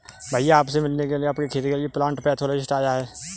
भैया आप से मिलने आपके खेत के लिए प्लांट पैथोलॉजिस्ट आया है